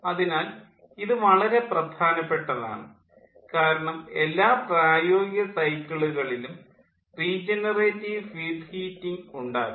അതിനാൽ ഇത് വളരെ പ്രധാനപ്പെട്ടതാണ് കാരണം എല്ലാ പ്രായോഗിക സൈക്കിളുകളിലും റീജനറേറ്റീവ് ഫീഡ് ഹീറ്റിംഗ് ഉണ്ടാകും